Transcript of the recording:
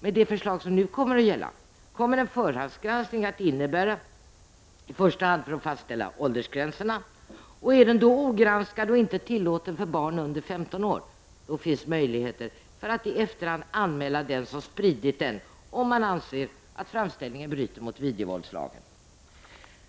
med det förslag som nu kommer att gälla kommer en förhandsgranskning i första hand att innebära att fastställa åldersgränserna. Är filmen då ogranskad och därmed inte tillåten för barn under 15 år finns möjligheter att i efterhand anmäla den som spridit den om man anser att framställningen bryter mot videovåldslagen.